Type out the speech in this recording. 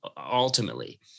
ultimately